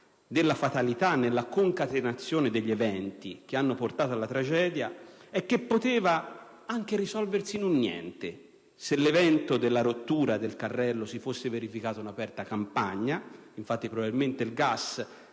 della fatalità nella concatenazione degli eventi che hanno portato alla tragedia è che l'incidente poteva anche risolversi in un niente se l'evento della rottura del carrello si fosse verificato in aperta campagna (infatti, probabilmente il gas